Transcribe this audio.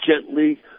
gently